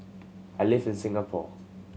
I live in Singapore